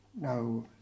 Now